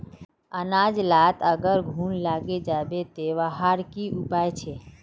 अनाज लात अगर घुन लागे जाबे ते वहार की उपाय छे?